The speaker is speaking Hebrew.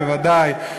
בוודאי,